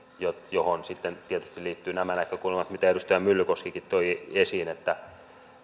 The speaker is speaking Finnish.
johon sitten tietysti liittyvät nämä näkökulmat mitä edustaja myllykoskikin toi esiin että